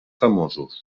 famosos